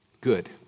good